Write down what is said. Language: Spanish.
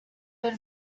del